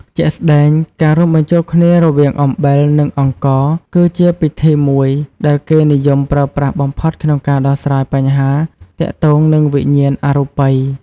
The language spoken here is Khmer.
ជាក់ស្តែង ការរួមបញ្ចូលគ្នារវាង អំបិល និងអង្ករ គឺជាពិធីមួយដែលគេនិយមប្រើប្រាស់បំផុតក្នុងការដោះស្រាយបញ្ហាទាក់ទងនឹងវិញ្ញាណអរូបិយ។